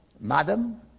Madam